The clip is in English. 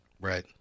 Right